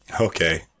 Okay